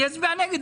אני אצביע נגד,